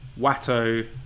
Watto